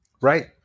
Right